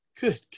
Good